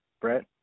Brett